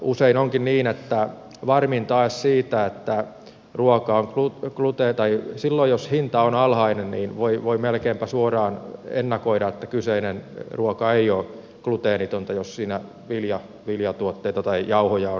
usein onkin niin että silloin jos hinta on alhainen niin voi melkeinpä suoraan ennakoida että kyseinen ruoka ei ole gluteenitonta jos siinä viljatuotteita tai jauhoja on käytetty